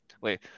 Wait